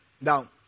Now